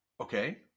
Okay